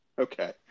okay